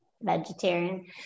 vegetarian